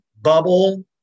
bubble